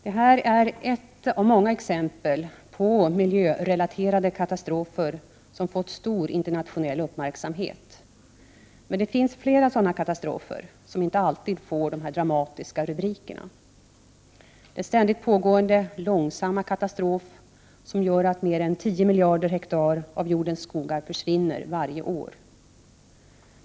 Det är ett av många exempel på miljörelaterade katastrofer som fått stor internationell uppmärksamhet. Men det finns fler sådana katastrofer, som inte alltid får dramatiska rubriker: —- Den ständigt pågående långsamma katastrof som gör att mer än 10 miljoner hektar av jordens skogar försvinner varje år.